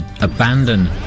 abandon